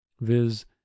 viz